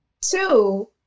two